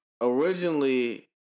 originally